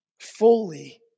fully